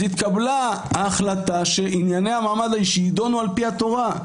אז התקבלה ההחלטה שעניינה שיידונו על פי התורה.